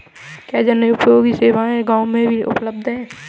क्या जनोपयोगी सेवा गाँव में भी उपलब्ध है?